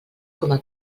coma